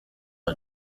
twe